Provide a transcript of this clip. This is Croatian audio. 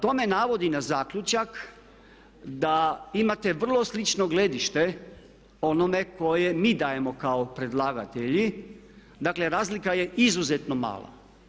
To me navodi na zaključak da imate vrlo slično gledište onome koje mi dajemo kao predlagatelji, dakle razlika je izuzetnom ala.